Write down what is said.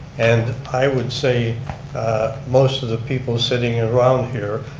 and i would say most of the people sitting around here,